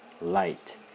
Light